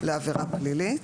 לעבירה פלילית.